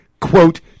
quote